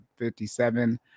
57